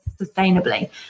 sustainably